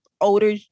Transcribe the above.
older